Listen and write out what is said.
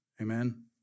Amen